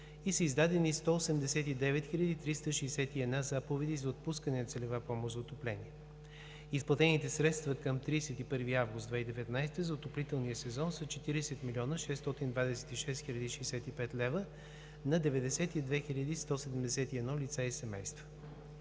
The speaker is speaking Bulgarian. и са издадени 189 361 заповеди за отпускане на целева помощ за отопление. Изплатените средства към 31 август 2019 г. за отоплителния сезон са 40 млн. 626 хил. 65 лв. на 92 171 лица и семейства.